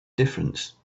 difference